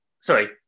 Sorry